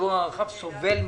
הציבור הרחב סובל מזה.